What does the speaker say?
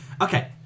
Okay